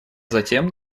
затем